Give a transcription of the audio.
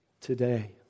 today